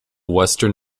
western